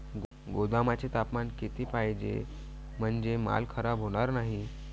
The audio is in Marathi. गोदामाचे तापमान किती पाहिजे? म्हणजे माल खराब होणार नाही?